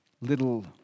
little